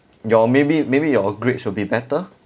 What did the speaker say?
your maybe maybe your grades will be better